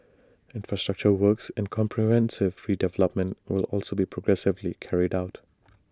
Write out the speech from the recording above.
infrastructure works and comprehensive redevelopment will also be progressively carried out